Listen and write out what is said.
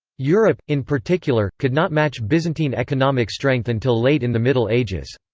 europe, in particular, could not match byzantine economic strength until late in the middle ages.